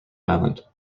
island